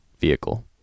vehicle